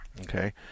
Okay